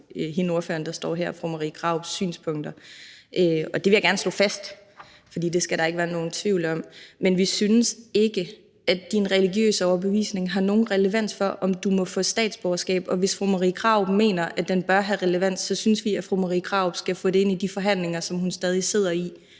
For ordføreren, der står her, anerkender fru Marie Krarups synspunkter, og det vil jeg gerne slå fast, for det skal der ikke være nogen tvivl om. Men vi synes ikke, at din religiøse overbevisning har nogen relevans for, om du må få statsborgerskab, og hvis fru Marie Krarup mener, at den bør have relevans, så synes vi, at fru Marie Krarup skal få det ind i de forhandlinger, som hun stadig sidder i,